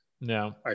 No